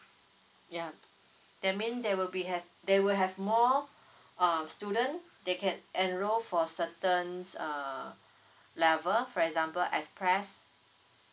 ya that mean there will be have there will have more uh student they can enrol for certain's uh level for example express